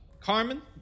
Carmen